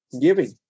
giving